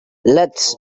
let